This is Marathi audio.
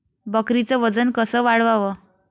बकरीचं वजन कस वाढवाव?